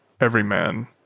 everyman